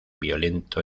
violento